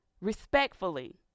respectfully